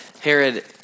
Herod